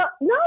no